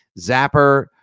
zapper